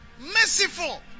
merciful